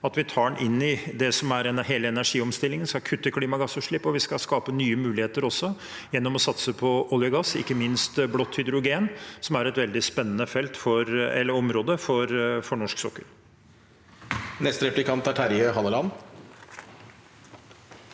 at vi tar den inn i det som er hele energiomstillingen – vi skal kutte klimagassutslipp, og vi også skal skape nye muligheter gjennom å satse på olje og gass, ikke minst blått hydrogen, som er et veldig spennende felt for hele området for norsk sokkel.